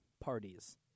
Parties